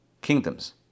kingdoms